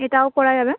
এটাও করা যাবে